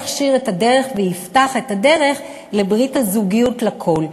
זה יכשיר את הדרך ויפתח את הדרך לברית הזוגיות לכול,